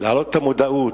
להעלות את המודעות.